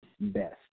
best